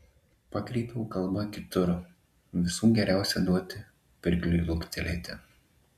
pakreipiau kalbą kitur visų geriausia duoti pirkliui luktelėti